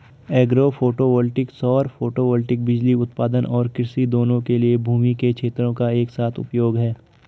agro photovoltaic सौर photovoltaic बिजली उत्पादन और कृषि दोनों के लिए भूमि के क्षेत्रों का एक साथ उपयोग है